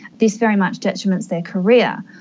this very much detriments their career.